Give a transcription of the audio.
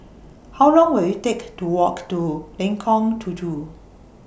How Long Will IT Take to Walk to Lengkong Tujuh